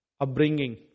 upbringing